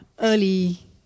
early